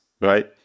right